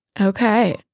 Okay